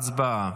הצבעה.